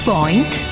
Point